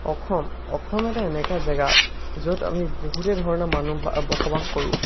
অসম অসম এটা এনেকুৱা জেগা য'ত আমি বহুতে ধৰণৰ মানুহ বা বসবাস কৰোঁ